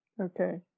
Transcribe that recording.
Okay